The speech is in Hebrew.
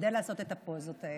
משתדל לעשות את הפוזות האלה,